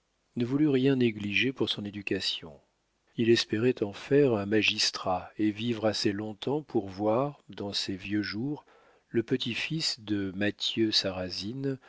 ne voulut rien négliger pour son éducation il espérait en faire un magistrat et vivre assez long-temps pour voir dans ses vieux jours le petit-fils de mathieu sarrasine